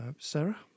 sarah